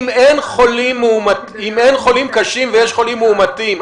אם אין חולים קשים ויש חולים מאומתים,